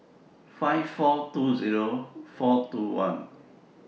five million four hundred and twenty thousand four hundred and twenty one